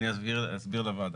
אני אסביר לוועדה.